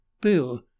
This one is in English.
Bill